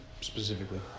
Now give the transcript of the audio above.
specifically